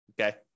okay